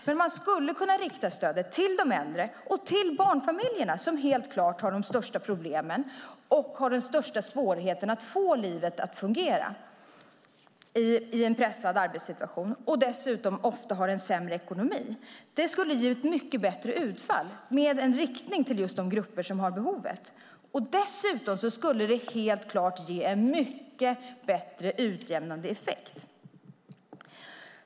Men man skulle kunna rikta stödet till de äldre och till barnfamiljerna - barnfamiljerna har helt klart de största problemen och de största svårigheterna att få livet att fungera i en pressad arbetssituation - som dessutom ofta har en sämre ekonomi. Det skulle ge ett mycket bättre utfall om man riktade sig till just de grupper som har behovet. Det skulle också helt klart ge en mycket bättre utjämnande effekt.